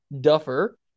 duffer